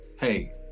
Hey